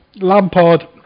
Lampard